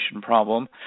problem